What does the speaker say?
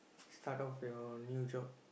start with your new job